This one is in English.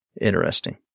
Interesting